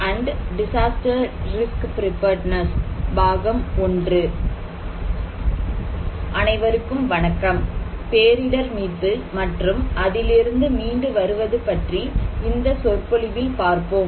அனைவருக்கும் வணக்கம் பேரிடர் மீட்பு மற்றும் அதிலிருந்து மீண்டு வருவது பற்றி இந்த சொற்பொழிவில் பார்ப்போம்